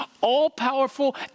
all-powerful